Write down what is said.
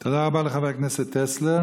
תודה רבה לחבר הכנסת טסלר.